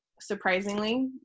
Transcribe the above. surprisingly